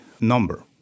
number